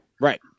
Right